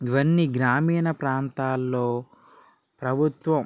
ఇవన్నీ గ్రామీణ ప్రాంతాల్లో ప్రభుత్వంలోని